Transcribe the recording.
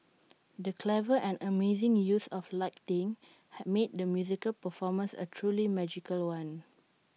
the clever and amazing use of lighting has made the musical performance A truly magical one